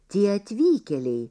tie atvykėliai